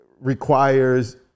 requires